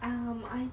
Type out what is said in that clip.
um I